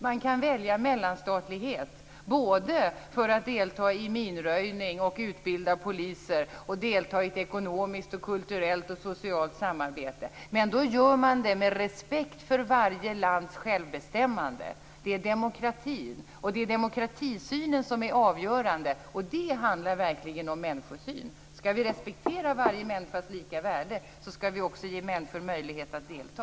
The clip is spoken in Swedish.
Man kan välja mellanstatlighet för att delta i minröjning, utbilda poliser och delta i ett ekonomiskt, kulturellt och socialt samarbete, men då gör man det med respekt för varje lands självbestämmande. Detta är demokrati. Det är demokratisynen som är avgörande, och det handlar verkligen om människosyn. Skall vi respektera varje människas lika värde skall vi också ge människor möjlighet att delta.